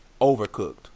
overcooked